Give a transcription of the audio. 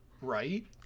right